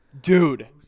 dude